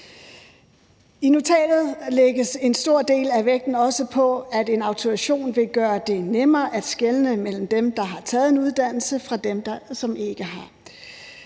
I notatet lægges en stor del af vægten også på, at en autorisation vil gøre det nemmere at skelne mellem dem, der har taget en uddannelse, og dem, som ikke har.